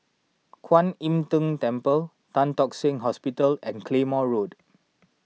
Kwan Im Tng Temple Tan Tock Seng Hospital and Claymore Road